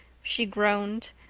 she groaned.